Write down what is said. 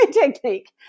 technique